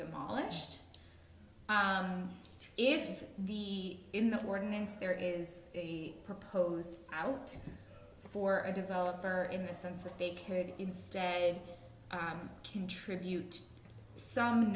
demolished if the in the ordinance there is proposed out for a developer in the sense that they could instead contribute some